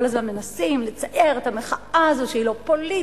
כל הזמן מנסים לצייר את המחאה הזאת שהיא לא פוליטית,